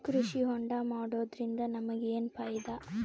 ಕೃಷಿ ಹೋಂಡಾ ಮಾಡೋದ್ರಿಂದ ನಮಗ ಏನ್ ಫಾಯಿದಾ?